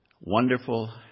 wonderful